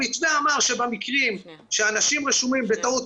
המתווה אמר שבמקרים שאנשים רשומים בטעות